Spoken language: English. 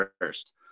first